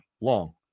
long